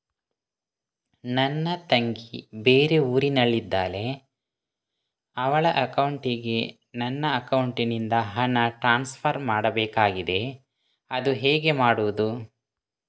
ನನ್ನ ತಂಗಿ ಬೇರೆ ಊರಿನಲ್ಲಿದಾಳೆ, ಅವಳ ಅಕೌಂಟಿಗೆ ನನ್ನ ಅಕೌಂಟಿನಿಂದ ಹಣ ಟ್ರಾನ್ಸ್ಫರ್ ಮಾಡ್ಬೇಕಾಗಿದೆ, ಅದು ಹೇಗೆ ಮಾಡುವುದು?